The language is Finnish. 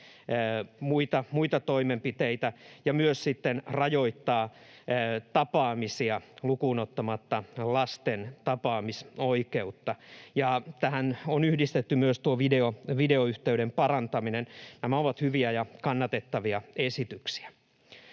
muita toimenpiteitä ja myös rajoittaa tapaamisia lukuun ottamatta lasten tapaamisoikeutta. Tähän on yhdistetty myös videoyhteyden parantaminen. Nämä ovat hyviä ja kannatettavia esityksiä.